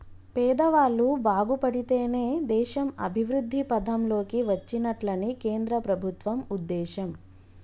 పేదవాళ్ళు బాగుపడితేనే దేశం అభివృద్ధి పథం లోకి వచ్చినట్లని కేంద్ర ప్రభుత్వం ఉద్దేశం